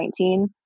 2019